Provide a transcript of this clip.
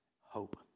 hope